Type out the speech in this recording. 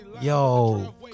Yo